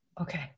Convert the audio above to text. Okay